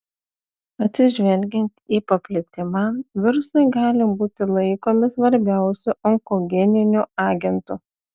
atsižvelgiant į paplitimą virusai gali būti laikomi svarbiausiu onkogeniniu agentu